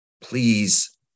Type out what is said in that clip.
please